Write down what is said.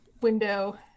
window